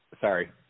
sorry